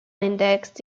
index